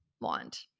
want